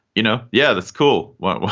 you know, yeah, that's cool well,